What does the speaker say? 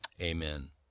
Amen